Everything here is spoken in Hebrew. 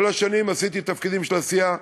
כל השנים עשיתי תפקידים של עשייה,